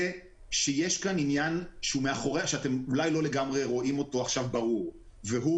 הוא שיש כאן עניין שאתם אולי לא לגמרי רואים אותו עכשיו ברור והוא